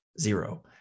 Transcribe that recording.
zero